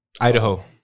Idaho